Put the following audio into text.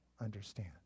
understand